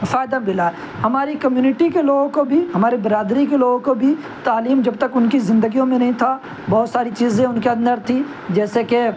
فائدہ ملا ہماری کمیونٹی کے لوگوں کو بھی ہمارے برادری کے لوگوں کو بھی تعلیم جب تک ان کی زندگیوں میں نہیں تھا بہت ساری چیزیں ان کے اندر تھی جیسے کہ